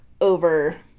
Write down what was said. over